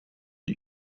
die